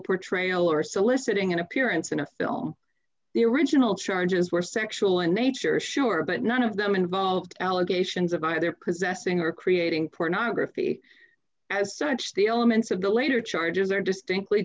portrayal or soliciting an appearance in a film the original charges were sexual in nature sure but none of them involved allegations of either possessing or creating pornography as such the elements of the later charges are distinctly